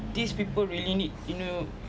these people really need you know